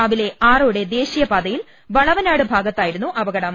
രാവിലെ ആറോടെ ദേശീയപാതയിൽ വളവനാട് ഭാഗത്തായിരുന്നു അപകടം